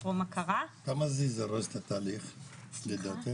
כמה זה יזרז את התהליך לדעתך?